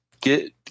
Get